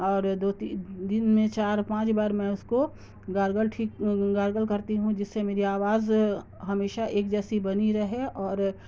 اور دو تین دن میں چار پانچ بار میں اس کو گارگل ٹھیک گارگل کرتی ہوں جس سے میری آواز ہمیشہ ایک جیسی بنی رہے اور